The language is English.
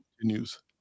continues